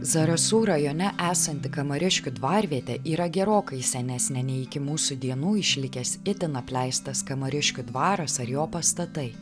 zarasų rajone esanti kamariškių dvarvietė yra gerokai senesnė nei iki mūsų dienų išlikęs itin apleistas kamariškių dvaras ar jo pastatai